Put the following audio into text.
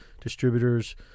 distributors